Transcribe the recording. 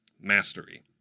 Mastery